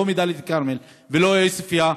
לא מדאלית-אלכרמל ולא מעוספיא,